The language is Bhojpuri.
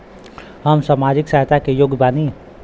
हम सामाजिक सहायता के योग्य बानी?